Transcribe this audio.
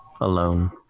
alone